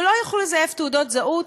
שלא יוכלו לזייף תעודות זהות.